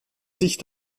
sich